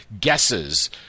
guesses